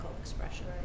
expression